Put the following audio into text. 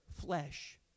flesh